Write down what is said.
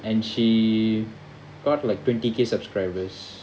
and she got like twenty K subscribers